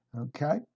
okay